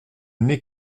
nez